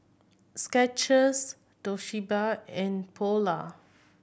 Skechers Toshiba and Polar